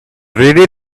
really